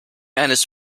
eines